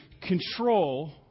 control